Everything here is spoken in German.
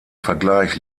vergleich